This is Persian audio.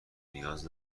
نیاز